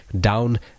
down